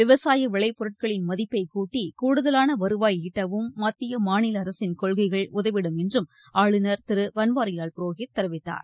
விவசாய விளைப்பொருட்களின் மதிப்பை கூட்டி கூடுதலான வருவாய் ஈட்டவும் மத்திய மாநில அரசின் கொள்கைகள் உதவிடும் என்றும் ஆளுநர் திரு பன்வாரிவால் புரோஹித் தெரிவித்தார்